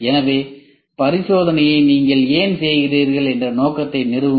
இந்த பரிசோதனையை நீங்கள் ஏன் செய்கிறீர்கள் என்ற நோக்கத்தை நிறுவுங்கள்